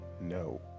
no